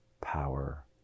power